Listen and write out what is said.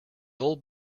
old